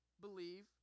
believe